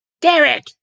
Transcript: Derek